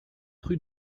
rue